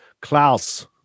Klaus